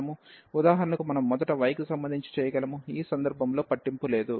ఉదాహరణకు మనము మొదట y కి సంబంధించి చేయగలము ఈ సందర్భంలో పట్టింపు లేదు